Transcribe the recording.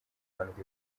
mpanuka